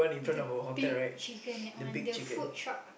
the big chicken that one the food shop